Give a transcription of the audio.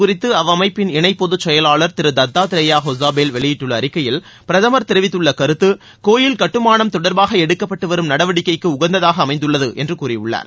குறித்து இணை பொதுச் செயலாளர் இது திரு தத்தாத்ரேயா ஹோசாபோல் வெளியிட்டுள்ள அறிக்கையில் பிரதமர் தெரிவித்துள்ள கருத்து கோயில் கட்டுமானம் தொடர்பாக எடுக்கப்பட்டு வரும் நடவடிக்கைக்கு உகந்ததாக அமைந்துள்ளது என்று கூறியுள்ளார்